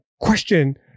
question